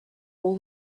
all